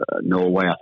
Norway